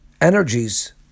energies